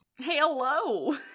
Hello